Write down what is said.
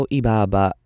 ibaba